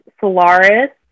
Solaris